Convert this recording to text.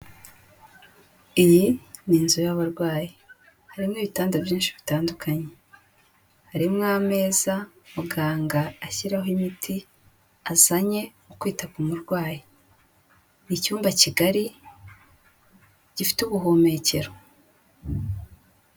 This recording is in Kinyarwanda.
Iyi ni inzu y'abarwayi, harimo ibitanda byinshi bitandukanye, harimo ameza muganga ashyiraho imiti azanye kwita ku murwayi, icyumba kigari gifite ubuhumekero.